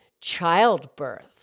childbirth